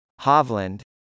Hovland